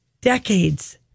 decades